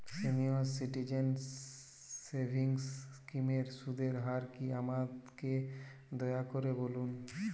senior citizen savings স্কিমের সুদের হার কী আমাকে দয়া করে বলুন